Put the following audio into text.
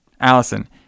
Allison